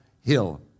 Hill